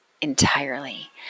entirely